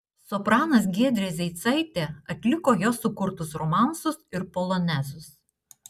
sopranas giedrė zeicaitė atliko jo sukurtus romansus ir polonezus